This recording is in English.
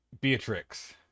Beatrix